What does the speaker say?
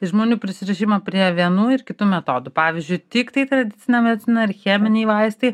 žmonių prisirišimą prie vienų ir kitų metodų pavyzdžiui tiktai tradicinė medicina ar cheminiai vaistai